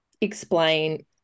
explain